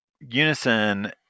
Unison